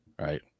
right